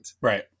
Right